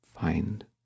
find